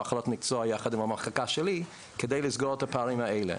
יחד עם המחלקה שלי כדי לסגור את הפערים האלה.